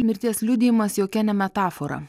mirties liudijimas jokia ne metafora